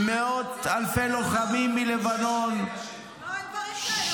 עם מאות אלפי לוחמים מלבנון -- לא היו דברים כאלה,